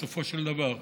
בסופו של דבר.